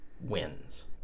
wins